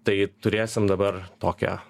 tai turėsim dabar tokią